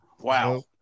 Wow